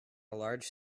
large